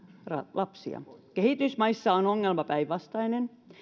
lapsia kehitysmaissa ongelma on päinvastainen